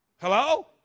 Hello